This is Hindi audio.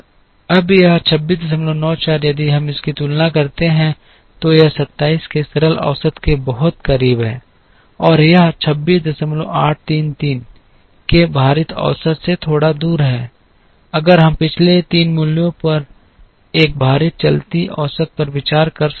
अब यह 2694 यदि हम इनकी तुलना करना शुरू करते हैं तो यह 27 के सरल औसत के बहुत करीब है और यह 26833 के भारित औसत से थोड़ा दूर है अगर हम पिछले तीन मूल्यों पर एक भारित चलती औसत पर विचार करते हैं